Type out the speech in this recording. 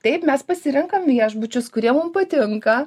taip mes pasirenkam viešbučius kurie mum patinka